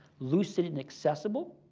lucid and accessible.